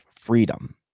freedom